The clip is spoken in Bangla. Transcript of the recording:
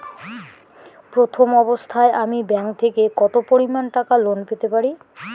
প্রথম অবস্থায় আমি ব্যাংক থেকে কত পরিমান টাকা লোন পেতে পারি?